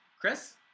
Chris